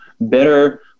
better